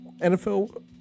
NFL